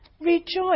rejoice